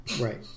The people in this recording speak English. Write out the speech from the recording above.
Right